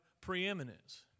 preeminence